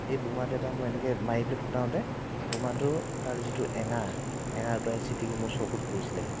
এই বোমাটো এবাৰ মই এনেকৈ মাৰি পেলাই ফুটাওতে বোমাটো তাৰ যিটো এঙাৰ এঙাৰটো আহি চিটিকি মোৰ চকুত পৰিছিলেহি